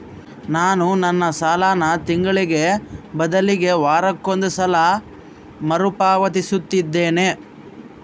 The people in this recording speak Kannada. ನಾನು ನನ್ನ ಸಾಲನ ತಿಂಗಳಿಗೆ ಬದಲಿಗೆ ವಾರಕ್ಕೊಂದು ಸಲ ಮರುಪಾವತಿಸುತ್ತಿದ್ದೇನೆ